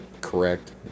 correct